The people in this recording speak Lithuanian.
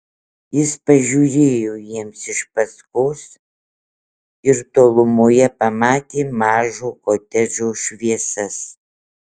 jis pažiūrėjo jiems iš paskos ir tolumoje pamatė mažo kotedžo šviesas